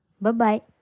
Bye-bye